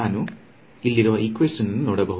ನಾನು ನೋಡಬಹುದು